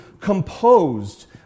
composed